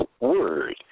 word